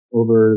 over